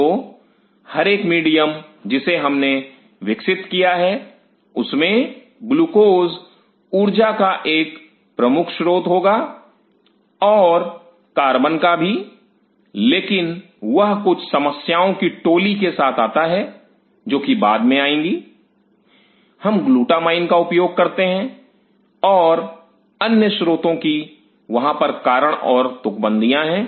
तो हर एक मीडियम जिसे हमने विकसित किया है उनमें ग्लूकोस ऊर्जा का एक प्रमुख स्रोत होगा और कार्बन का भी लेकिन वह कुछ समस्याओं की टोली के साथ आता है जो कि बाद में आएंगी हम ग्लूटामाइन का उपयोग करते हैं और अन्य स्रोतों की वहां पर कारण और तुकबंदिया हैं